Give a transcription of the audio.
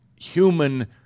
human